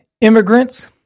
immigrants